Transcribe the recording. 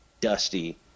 Dusty